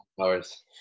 hours